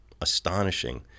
astonishing